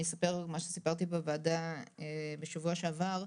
אני אספר את מה שסיפרתי בוועדה בשבוע שעבר.